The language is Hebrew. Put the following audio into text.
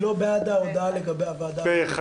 הצבעה בעד, רוב נגד, אין נמנעים, אין פה אחד,